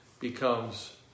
becomes